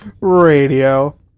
radio